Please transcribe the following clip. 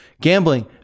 gambling